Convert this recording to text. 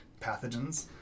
pathogens